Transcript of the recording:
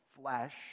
flesh